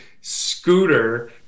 scooter